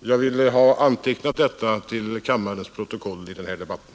Jag vill ha detta antecknat till kammarens protokoll i den här debatten.